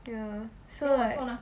ya so like